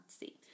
see